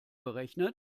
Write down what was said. berechnet